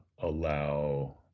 allow